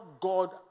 God